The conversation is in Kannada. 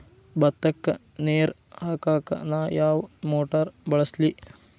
ಭತ್ತಕ್ಕ ನೇರ ಹಾಕಾಕ್ ನಾ ಯಾವ್ ಮೋಟರ್ ಬಳಸ್ಲಿ?